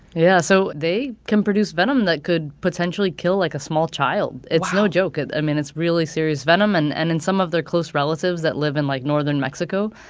yeah, so they can produce venom that could potentially kill, like, a small child. it's no joke. i mean, it's really serious venom. and and in some of their close relatives that live in, like, northern mexico,